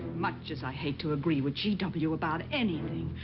much as i hate to agree with g w. about anything,